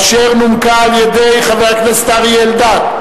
אשר נומקה על-ידי חבר הכנסת אריה אלדד,